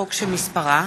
חנין,